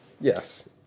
Yes